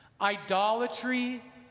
idolatry